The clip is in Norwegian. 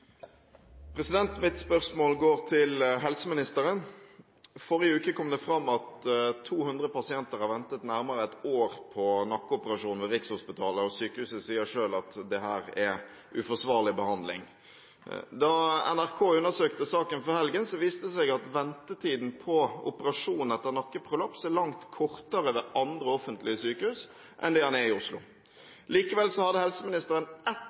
Mitt spørsmål går til helseministeren. Forrige uke kom det fram at 200 pasienter har ventet nærmere ett år på nakkeoperasjon ved Rikshospitalet, og sykehuset sier selv at dette er uforsvarlig behandling. Da NRK undersøkte saken før helgen, viste det seg at ventetiden på operasjon etter nakkeprolaps er langt kortere ved andre offentlige sykehus enn det den er i Oslo. Likevel hadde helseministeren ett